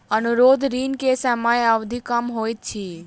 अनुरोध ऋण के समय अवधि कम होइत अछि